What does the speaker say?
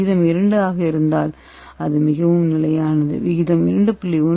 விகிதம் 2 ஆக இருந்தால் அது மிகவும் நிலையானது விகிதம் 2